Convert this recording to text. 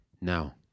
Now